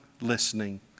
listening